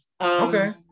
Okay